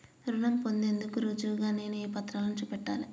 రుణం పొందేందుకు రుజువుగా నేను ఏ పత్రాలను చూపెట్టాలె?